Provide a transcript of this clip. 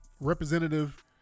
Representative